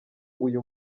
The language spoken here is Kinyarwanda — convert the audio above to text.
uyu